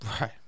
Right